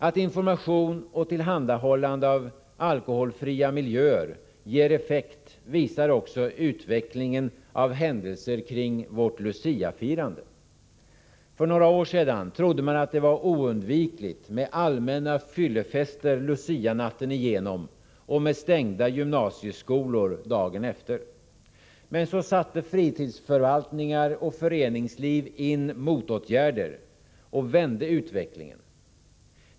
Att information och tillhandahållande av alkoholfria miljöer ger effekt visar utvecklingen av händelser kring Luciafirandet. För några år sedan trodde man det var oundvikligt med allmänna fyllefester Lucianatten igenom och med stängda gymnasieskolor dagen efter. Så satte fritidsförvaltningar och föreningsliv in motåtgärder och vände utvecklingen.